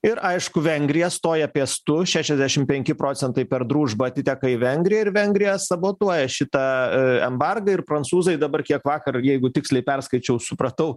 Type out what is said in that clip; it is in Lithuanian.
ir aišku vengrija stoja piestu šešiasdešim penki procentai per družbą atiteka į vengrija ir vengrija sabotuoja šitą embargą ir prancūzai dabar kiek vakar jeigu tiksliai perskaičiau supratau